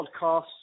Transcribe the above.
Podcast